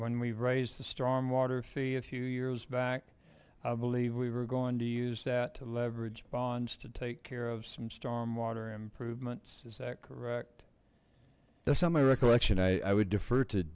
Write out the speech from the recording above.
when we've raised the stormwater fee a few years back i believe we were going to use that to leverage bonds to take care of some stormwater improvements is that correct that's not my recollection i would defer to